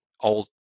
old